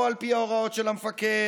על פי ההוראות של המפקד,